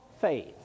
faith